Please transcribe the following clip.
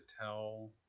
tell